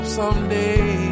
someday